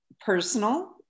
personal